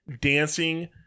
dancing